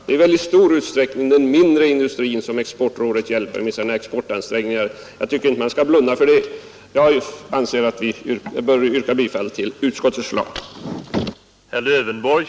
Det är i mycket stor utsträckning den mindre industrin som exportrådet hjälper med sina ansträngningar att främja exporten. Jag tycker att man inte skall blunda för det. Jag anser att vi bör yrka bifall till utskottets hemställan.